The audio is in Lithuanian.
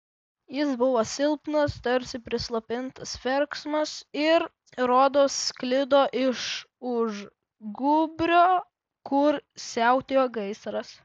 jis buvo silpnas tarsi prislopintas verksmas ir rodos sklido iš už gūbrio kur siautėjo gaisras